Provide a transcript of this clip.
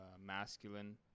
masculine